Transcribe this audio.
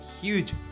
huge